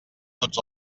tots